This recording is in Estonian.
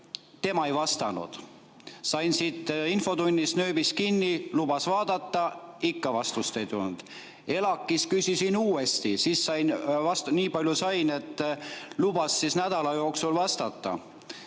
Tema ei vastanud. Sain infotunnis tal nööbist kinni, lubas vaadata – ikka vastust ei tulnud. ELAK‑is küsisin uuesti, siis sain vastuse, et lubas nädala jooksul vastata.